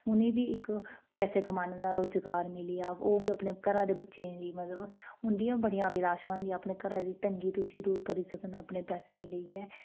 उ'नेंगी बी इक पैसे कमाने दा रोजगार मिली जाह्ग ओ बी अपने घरा दे बच्चें गी मतलब उंदियां बड़ियां अभिलाशां होदियां अपने घरै दियां तंगी तुशी दूर करी सकन अपने पैसे लेइये